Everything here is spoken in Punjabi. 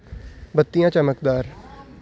ਬੱਤੀਆਂ ਚਮਕਦਾਰ